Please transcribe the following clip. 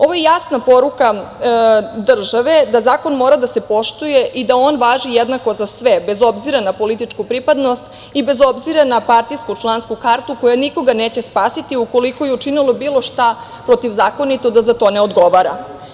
Ovo je jasna poruka države da zakon mora da se poštuje i da on važi jednako za sve, bez obzira na političku pripadnost i bez obzira na partijsku člansku kartu koja nikoga neće spasiti ukoliko je učinio bilo šta protivzakonito da za to ne odgovara.